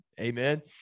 amen